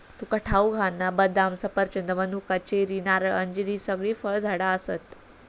तुका ठाऊक हा ना, बदाम, सफरचंद, मनुका, चेरी, नारळ, अंजीर हि सगळी फळझाडा आसत